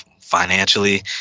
financially